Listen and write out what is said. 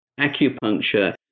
acupuncture